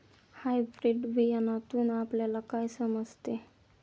Hybrid बियाण्यातून आपल्याला काय समजते?